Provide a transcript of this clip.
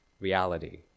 reality